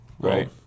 Right